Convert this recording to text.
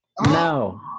No